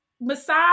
massage